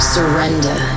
Surrender